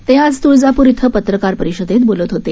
ते आज तुळजापूर इथं पत्रकार परिषदेत बोलत होते